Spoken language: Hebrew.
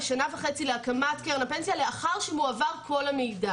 "שנה וחצי להקמת קרן הפנסיה לאחר שמועבר כל המידע"